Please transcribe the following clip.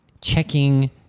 checking